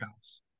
house